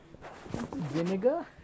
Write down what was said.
Vinegar